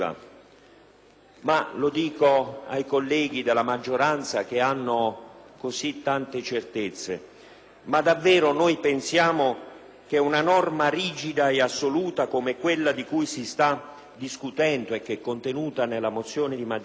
Mi rivolgo ai colleghi della maggioranza che hanno così tante certezze: ma davvero noi pensiamo che una norma rigida e assoluta come quella di cui si sta discutendo e che è contenuta nella mozione di maggioranza,